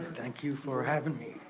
thank you for havin' me.